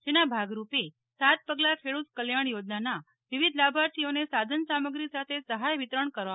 જેના ભાગરૂપે સાત પગલા ખેડૂત કલ્યાણ યોજનાના વિવિધ લાભાર્થીઓને સાધન સામગ્રી સાથે સહાય વિતરણ કરવામાં આવશે